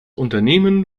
unternehmen